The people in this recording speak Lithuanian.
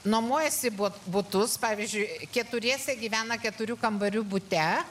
nuomojasi bu butus pavyzdžiui keturiese gyvena keturių kambarių bute